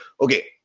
okay